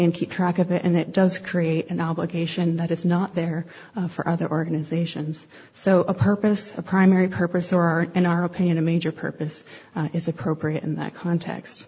and keep track of it and it does create an obligation that it's not there for other organizations so a purpose a primary purpose or in our opinion a major purpose is appropriate in that cont